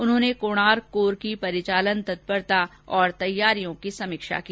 उन्होंने कोणार्क कोर की परिचालन तत्परता और तैयारियों की समीक्षा की